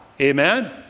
amen